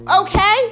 Okay